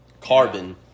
carbon